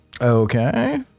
Okay